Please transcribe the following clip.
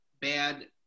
bad